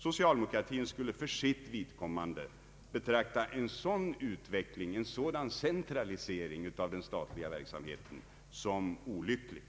Socialdemokratin skulle för sitt vidkommande betrakta en sådan utveckling — en sådan centralisering — av den statliga verksamheten som olycklig.